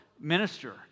minister